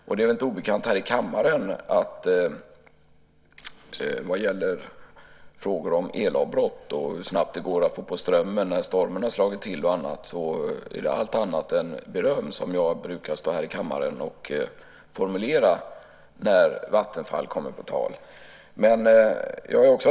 Det är väl inte obekant här i kammaren att vad gäller frågor om elavbrott och hur snabbt det går att få på strömmen när stormen har slagit till är det allt annat än beröm som jag brukar formulera när Vattenfall kommer på tal.